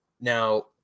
now